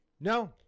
No